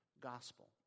gospel